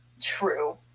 True